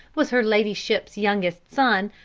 was her ladyship's youngest son,